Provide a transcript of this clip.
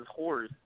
whores